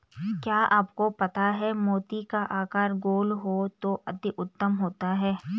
क्या आपको पता है मोती का आकार गोल हो तो अति उत्तम होता है